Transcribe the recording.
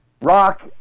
Rock